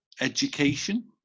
Education